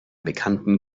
bekannten